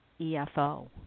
EFO